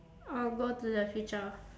I'll go to the future